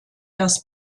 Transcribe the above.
das